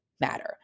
matter